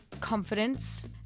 confidence